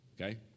Okay